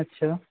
আচ্ছা